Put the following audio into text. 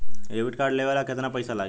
Debit card लेवे ला केतना पईसा लागी?